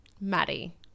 Maddie